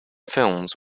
films